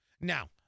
Now